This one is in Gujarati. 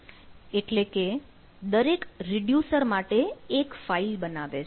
એટલે કે દરેક રીડ્યુસર માટે એક ફાઈલ બનાવે છે